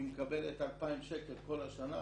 היא מקבלת 2,000 שקל כל השנה,